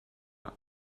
auch